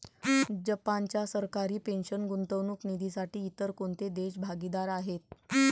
जपानच्या सरकारी पेन्शन गुंतवणूक निधीसाठी इतर कोणते देश भागीदार आहेत?